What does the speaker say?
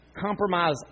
compromise